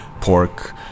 pork